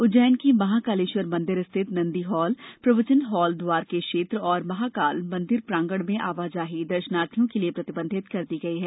उज्जैन के महाकालेश्वर मन्दिर स्थित नन्दी हॉल प्रवचन हॉल द्वार के क्षेत्र और महाकाल मन्दिर प्रांगण में आवाजाही दर्शनार्थियों के लिये प्रतिबंधित कर दी गई है